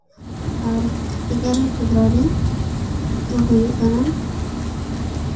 ᱟᱨ ᱮᱜᱟᱨᱳᱭ ᱯᱷᱮᱵᱽᱨᱩᱣᱟᱨᱤ ᱫᱚ ᱦᱩᱭᱩᱜ ᱠᱟᱱᱟ